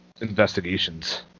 investigations